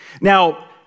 Now